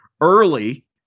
early